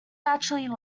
naturally